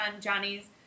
Johnny's